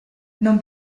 non